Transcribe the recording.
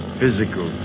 physical